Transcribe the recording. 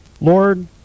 Lord